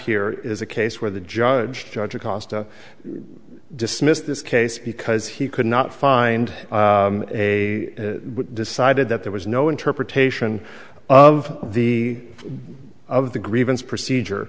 here is a case where the judge judge acosta dismissed this case because he could not find a decided that there was no interpretation of the of the grievance procedure